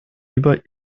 über